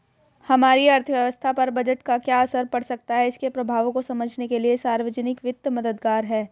हमारी अर्थव्यवस्था पर बजट का क्या असर पड़ सकता है इसके प्रभावों को समझने के लिए सार्वजिक वित्त मददगार है